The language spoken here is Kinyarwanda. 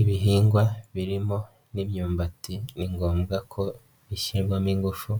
Ibihingwa birimo n'imyumbati ni ngombwa ko bishyirwamo ingufu